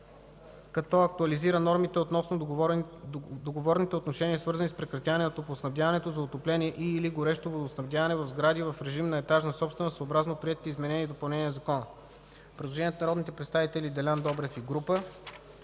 като актуализира нормите относно договорните отношения свързани с прекратяване на топлоснабдяването за отопление и/или горещо водоснабдяване в сгради в режим на етажна собственост съобразно приетите изменения и допълнения на закона.” Предложение от народните представители Делян Добрев и група.